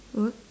what